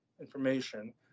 information